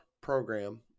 program